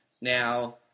Now